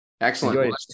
Excellent